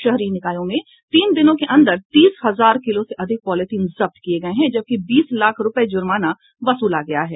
शहरी निकायों में तीन दिनों के अंदर तीस हजार किलो से अधिक पॉलीथिन जब्त किये गये हैं जबकि बीस लाख रूपये जुर्माना वसूला गया है